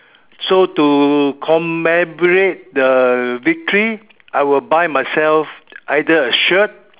so to commemorate the victory I will buy myself either a shirt